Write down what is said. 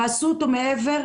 ועשו אותו מעבר,